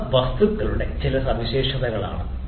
ഇവ വസ്തുക്കളുടെ ചില സവിശേഷതകളാണ്